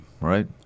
Right